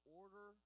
order